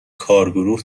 کارگروه